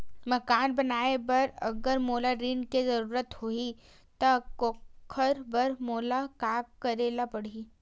मकान बनाये बर अगर मोला ऋण के जरूरत होही त ओखर बर मोला का करे ल पड़हि?